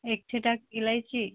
एक छटाक इलायची